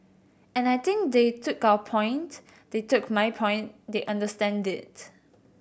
and I think they took our point they took my point they understand it